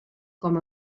com